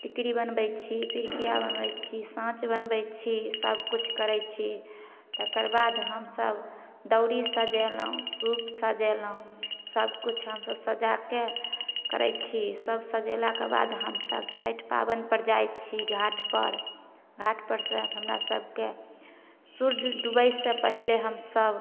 टिकरी बनबै छी पिरिकिया बनबै छी साँच बनबै छी सब किछु करै छी तकर बाद हमसब दौरी सजेलहुॅं सूप सजेलहुॅं सब किछु हमसब सजाके करै छी सब सजेलाके बाद हमसब छठि पाबनि पर जाय छी घाट पर घाट पर से हमरा सबके सूर्ज डूबै से पहिले हमसब